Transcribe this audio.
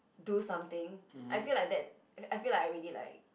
do something I feel like that I feel like I already like